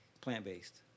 plant-based